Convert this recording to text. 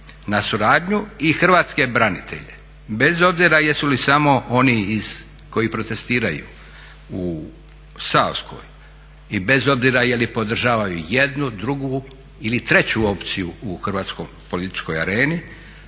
na suradnju i hrvatske branitelje bez obzira jesu li samo oni koji protestiraju u Savskoj i bez obzira je li podržavaju jednu, drugu ili treću opciju u hrvatskoj političkoj areni